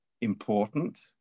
important